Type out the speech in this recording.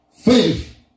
faith